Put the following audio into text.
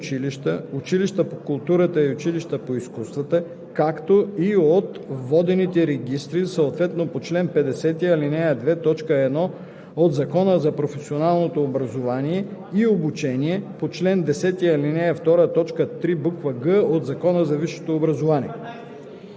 3. В ал. 4 думите „съответните училища“ се заменят със „съответните гимназии и средни училища, спортни училища, училища по културата и училища по изкуствата, както и от водените регистри съответно по чл. 50, ал. 2,